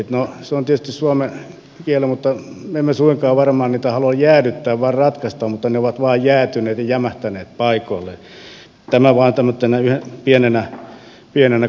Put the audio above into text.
no se on tietysti suomen kieltä mutta me emme suinkaan varmaan niitä halua jäädyttää vaan ratkaista mutta ne ovat vain jäätyneet ja jämähtäneet paikoilleen tämä vain tämmöisenä pienenä kuriositeettina